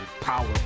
power